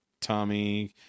Tommy